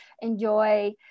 enjoy